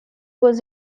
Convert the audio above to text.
was